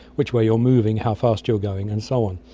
which way you're moving, how fast you're going and so on.